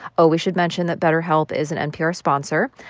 oh, we should mention that betterhelp is an npr sponsor.